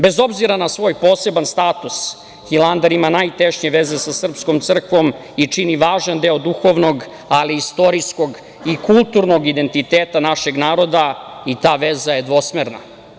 Bez obzira na svoj poseban status, Hilandar ima najtešnje veze sa srpskom crkvom i čini važan deo duhovnog, ali i istorijskog i kulturnog identiteta našeg naroda i ta veza je dvosmerna.